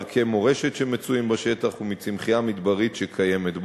מערכי מורשת שמצויים בשטח ומצמחייה מדברית שקיימת בו,